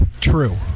True